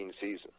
season